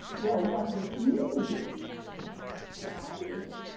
well, what this means is surprisingly,